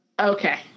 okay